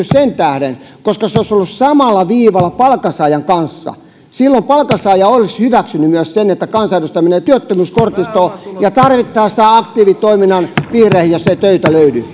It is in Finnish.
sen tähden että se olisi ollut samalla viivalla palkansaajan kanssa silloin palkansaaja olisi hyväksynyt myös sen että kansanedustaja menee työttömyyskortistoon ja tarvittaessa aktiivitoiminnan piiriin jos ei töitä löydy